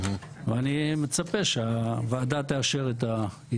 אני מצפה שהוועדה תאשר את ההתפלגות.